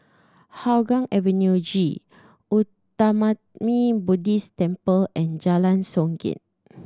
Hougang Avenue G Uttamayanmuni Buddhist Temple and Jalan Songket